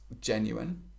genuine